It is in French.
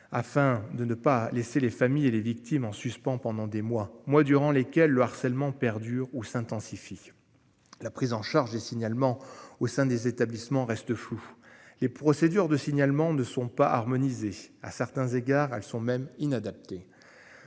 afin de ne pas laisser les familles et les victimes en suspens pendant des mois mois durant lesquels le harcèlement perdure ou s'intensifie. La prise en charge des signalements au sein des établissements restent floues. Les procédures de signalements ne sont pas harmonisées à certains égards, elles sont même inadapté.